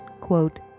quote